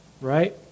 Right